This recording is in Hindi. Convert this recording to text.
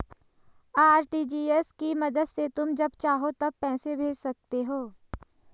आर.टी.जी.एस की मदद से तुम जब चाहो तब पैसे भेज सकते हो